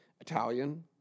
Italian